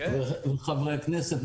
חברי הכנסת,